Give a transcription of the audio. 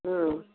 ம்